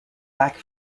back